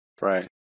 Right